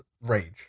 rage